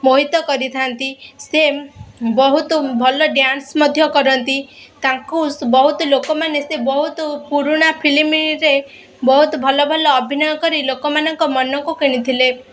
ମୋହିତ କରିଥାନ୍ତି ସେ ବହୁତ ଭଲ ଡ୍ୟାନ୍ସ୍ ମଧ୍ୟ କରନ୍ତି ତାଙ୍କୁ ବହୁତ ଲୋକମାନେ ସେ ବହୁତ ପୁରୁଣା ଫିଲ୍ମରେ ବହୁତ ଭଲ ଭଲ ଅଭିନୟ କରି ଲୋକମାନଙ୍କ ମନକୁ କିଣିଥିଲେ